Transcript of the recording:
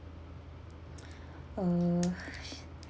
uh